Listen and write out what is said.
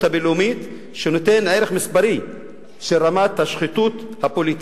הבין-לאומית שנותן ערך מספרי של רמת השחיתות הפוליטית,